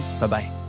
Bye-bye